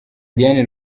diane